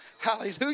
Hallelujah